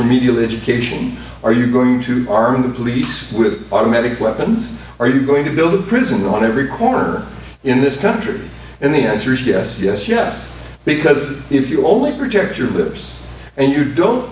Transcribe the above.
remedial education are you going to arm the police with automatic weapons are you going to build a prison on every corner in this country and the answer is yes yes yes because if you only protect your lips and you don't